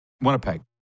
Winnipeg